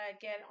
get